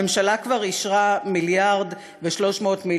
הממשלה כבר אישרה 1.3 מיליארד שקלים,